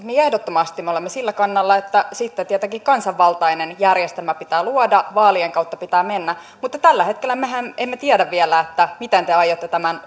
niin ehdottomasti me olemme sillä kannalla että sitten tietenkin kansanvaltainen järjestelmä pitää luoda vaalien kautta pitää mennä mutta tällä hetkellähän me emme tiedä vielä miten te aiotte tämän